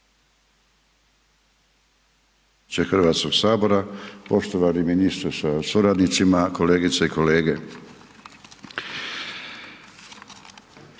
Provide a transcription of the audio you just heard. Hrvatskog sabora, poštovani ministre sa suradnicima kolegice i kolege.